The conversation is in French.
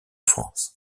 france